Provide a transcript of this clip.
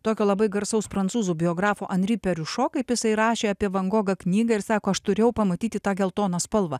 tokio labai garsaus prancūzų biografo anri periušo kaip jisai rašė apie van gogą knygą ir sako aš turėjau pamatyti tą geltoną spalvą